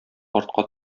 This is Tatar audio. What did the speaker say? артка